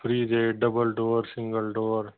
fridge आहे double door single door